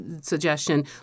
suggestion